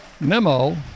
Nemo